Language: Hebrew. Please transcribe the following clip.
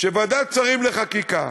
שוועדת שרים לחקיקה,